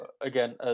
Again